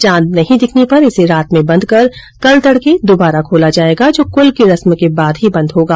चांद नहीं दिखने पर इसे रात में बंद कर कल तड़के दुबारा खोला जाएगा जो कुल की रस्म के बाद ही बंद होगा